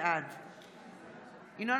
בעד ינון